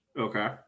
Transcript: Okay